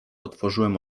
otworzyłem